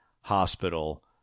hospital